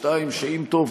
2. שאם טוב,